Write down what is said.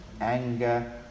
anger